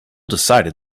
decided